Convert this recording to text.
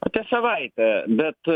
apie savaitę bet